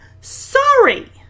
Sorry